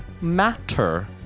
matter